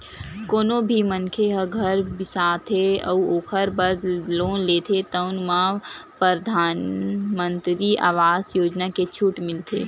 कोनो भी मनखे ह घर बिसाथे अउ ओखर बर लोन लेथे तउन म परधानमंतरी आवास योजना के छूट मिलथे